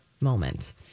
moment